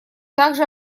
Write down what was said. также